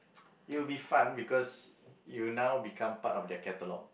it would be fun because you now become part of their catalogue